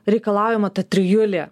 reikalaujama ta trijulė